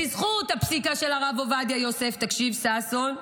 בזכות הפסיקה של הרב עובדיה יוסף, תקשיב, ששון,